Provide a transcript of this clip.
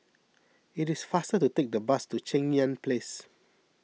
it is faster to take the bus to Cheng Yan Place